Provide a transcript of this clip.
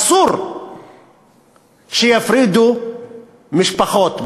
אסור שיפרידו משפחות,